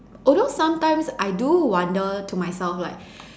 although sometimes I do wonder to myself like